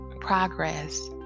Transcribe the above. progress